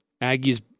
Aggie's